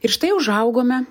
ir štai užaugome